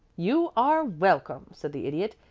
you are welcome, said the idiot.